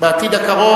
בעתיד הקרוב.